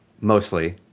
mostly